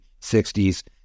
60s